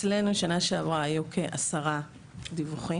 אצלנו שנה שעברה היו כעשרה דיווחים.